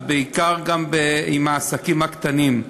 ובעיקר עם העסקים הקטנים,